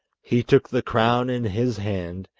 he took the crown in his hand,